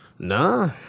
Nah